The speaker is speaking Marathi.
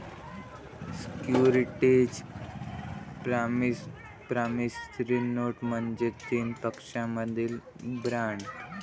सिक्युरिटीज प्रॉमिसरी नोट म्हणजे तीन पक्षांमधील बॉण्ड